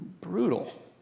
brutal